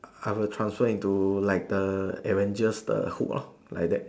I will transform into like the adventures the hood lor like that